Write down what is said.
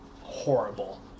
horrible